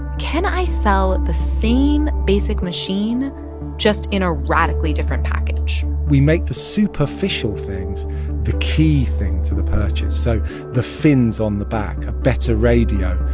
can i sell the same basic machine just in a radically different package? we make the superficial things the key thing to the purchase so the fins on the back, a better radio,